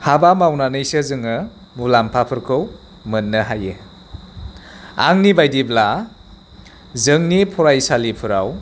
हाबा मावनानैसो जोङो मुलाम्फाफोरखौ मोननो हायो आंनि बायदिब्ला जोंनि फरायसालिफोराव